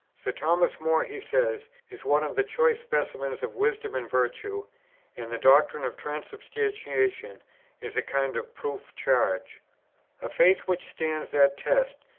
sir thomas more, he says, is one of the choice specimens of wisdom and virtue and the doctrine of transubstantiation is a kind of proof charge. a faith which stands that test,